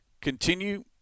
Continue